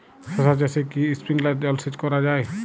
শশা চাষে কি স্প্রিঙ্কলার জলসেচ করা যায়?